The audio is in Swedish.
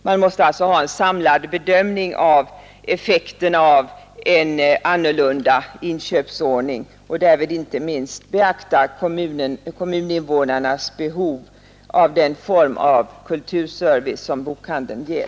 Man måste alltså ha en samlad bedömning rörande effekten av en annorlunda inköpsordning och därvid inte minst beakta kommuninvånarnas behov av den form av kulturservice som bokhandeln ger.